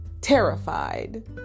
terrified